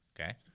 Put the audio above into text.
Okay